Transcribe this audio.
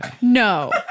No